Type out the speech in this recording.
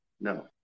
No